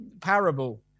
parable